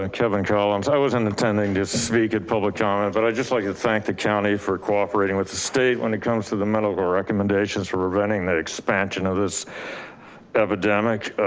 and kevin cowens. i wasn't intending to speak at public comment, but i'd just like to thank the county for cooperating with the state when it comes to the medical recommendations for preventing the expansion of this epidemic.